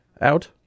out